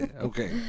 okay